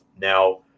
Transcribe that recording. Now